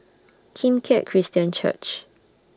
Kim Keat Christian Church